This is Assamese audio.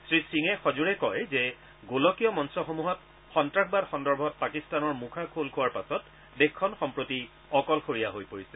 শ্ৰী সিঙে সজোৰে কয় যে গোলকীয় মঞ্চসমূহত সন্দৰ্ভত পাকিস্তানৰ মুখা খোল খোৱাৰ পাছত দেশখন সম্প্ৰতি অকলশৰীয়া হৈ পৰিছে